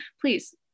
please